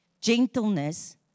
gentleness